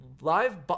live